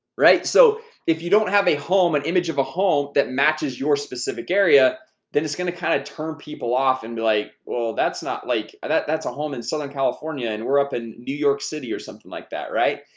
right? so if you don't have a home an and image of a home that matches your specific area then it's gonna kind of turn people off and be like, well, that's not like that that's a home in southern california. and we're up in new york city or something like that, right?